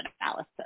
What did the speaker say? analysis